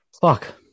Fuck